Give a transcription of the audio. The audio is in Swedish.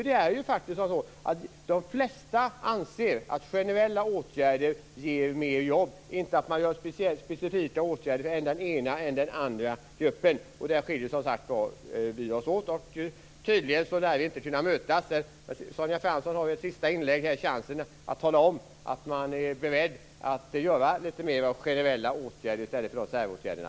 Det är faktiskt så att de flesta anser att generella åtgärder ger mer jobb - inte att man har specifika åtgärder för än den ena än den andra gruppen. Där skiljer vi oss som sagt åt, och tydligen lär vi inte kunna mötas. Sonja Fransson har ju i ett sista inlägg här chansen att tala om att man är beredd att vidta lite mer generella åtgärder i stället för de här säråtgärderna.